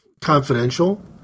confidential